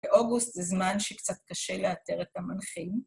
באוגוסט זה זמן שקצת קשה לאתר את המנחים.